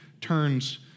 turns